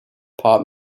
pop